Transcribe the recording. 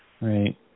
right